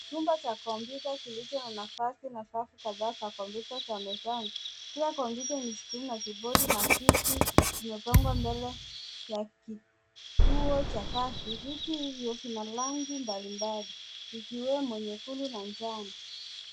Chumba cha kompyuta kilicho na nafasi, nafasi kadhaa za kompyuta za mezani. Kila kompyuta ina skrini na kibodi na viti vimepangwa mbele ya kituo cha kazi. Viti hivyo vina rangi mbalimbali vikiwemo nyekundu na njano.